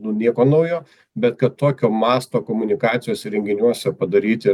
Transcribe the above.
nu nieko naujo bet kad tokio masto komunikacijos įrenginiuose padaryti